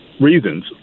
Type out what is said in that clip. reasons